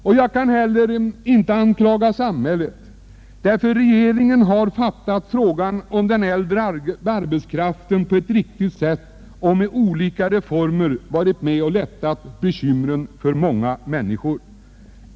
Jag skall inte heller anklaga samhället i detta fall. Regeringen har uppmärksammat frågan om den äldre arbetskraften på rätt sätt och med olika reformer lättat bekymren för många.